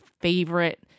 favorite